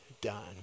done